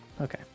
Okay